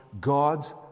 god's